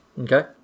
Okay